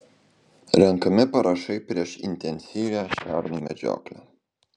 renkami parašai prieš intensyvią šernų medžioklę